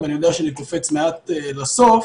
ואני יודע שאני קופץ מעט לסוף,